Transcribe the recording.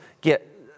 get